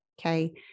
okay